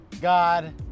God